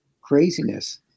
craziness